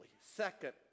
Second